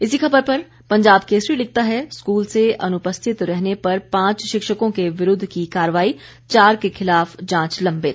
इसी खबर पर पंजाब केसरी लिखता है स्कूल से अनुपस्थित रहने पर पांच शिक्षकों के विरुद्ध की कार्रवाई चार के खिलाफ जांच लंबित